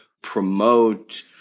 promote